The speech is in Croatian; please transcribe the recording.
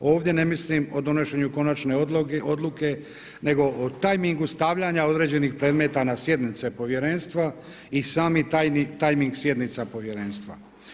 Ovdje ne mislim o donošenju konačne odluke, nego o tajmingu stavljanja određenih predmeta na sjednice Povjerenstva i sami tajming sjednica Povjerenstva.